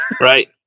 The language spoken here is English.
Right